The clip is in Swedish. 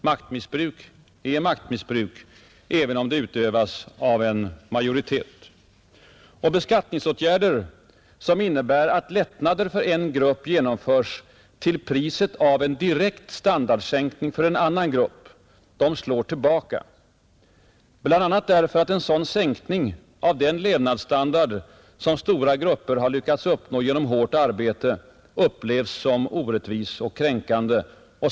Maktmissbruk är maktmissbruk även om det utövas av en majoritet. Beskattningsåtgärder, som innebär att lättnader för en grupp genomförs till priset av en direkt standardsänkning för en annan grupp, slår tillbaka, bl.a. därför att en sådan sänkning av den levnadsstandard stora grupper lyckats uppnå genom hårt arbete upplevs som orättvis och kränkande.